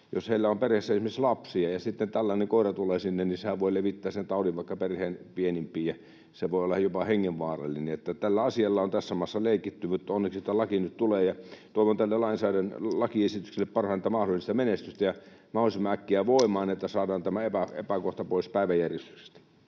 on perheessä esimerkiksi lapsia ja sitten tällainen koira tulee sinne, niin sehän voi levittää sen taudin vaikka perheen pienimpiin, ja se voi olla jopa hengenvaarallinen. Tällä asialla on tässä maassa leikitty, mutta onneksi tämä laki nyt tulee, ja toivon tälle lakiesitykselle parhainta mahdollista menestystä. Mahdollisimman äkkiä voimaan, että saadaan tämä epäkohta pois päiväjärjestyksestä.